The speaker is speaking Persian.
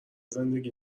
زندگی